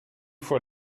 fois